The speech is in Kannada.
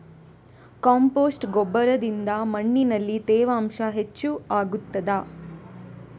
ಕಾಂಪೋಸ್ಟ್ ಗೊಬ್ಬರದಿಂದ ಮಣ್ಣಿನಲ್ಲಿ ತೇವಾಂಶ ಹೆಚ್ಚು ಆಗುತ್ತದಾ?